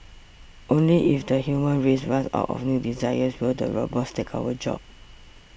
only if the human race runs out of new desires will the robots take our jobs